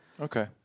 Okay